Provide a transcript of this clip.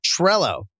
Trello